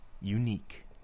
Unique